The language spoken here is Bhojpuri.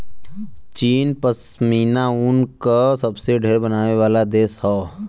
चीन पश्मीना ऊन क सबसे ढेर बनावे वाला देश हौ